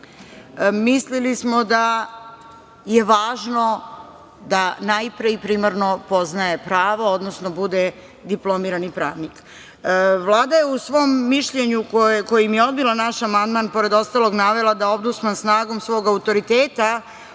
mislili smo da je važno najpre i primarno poznaje pravo odnosno bude diplomirani pravnik. Vlada je u svom mišljenju kojim je odbila naš amandman, pored ostalog navela da ombudsman snagom svog autoriteta